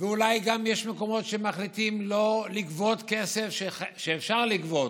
אולי גם יש מקומות שמחליטים לא לגבות כסף שאפשר לגבות,